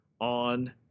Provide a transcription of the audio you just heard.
on